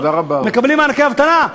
מקבלים מענקי אבטלה.